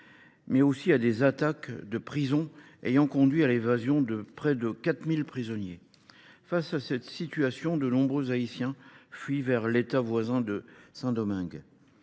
ainsi qu’à des attaques de prisons ayant conduit à l’évasion de près de 4 000 prisonniers. Face à cette situation, de nombreux Haïtiens fuient vers l’État voisin de Saint Domingue.